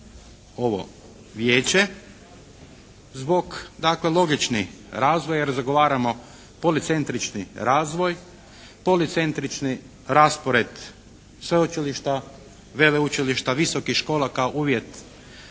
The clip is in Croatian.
ovo Vijeće zbog dakle logičnih razvoja jer zagovaramo policentrični razvoj, policentrični raspored sveučilišta, veleučilišta, visokih škola kao uvjet